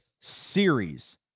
series